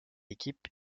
équipe